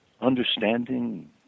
understanding